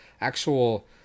actual